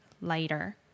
later